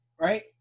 right